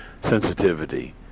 sensitivity